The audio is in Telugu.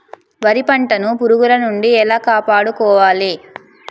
వరి పంటను పురుగుల నుండి ఎలా కాపాడుకోవాలి?